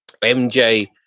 mj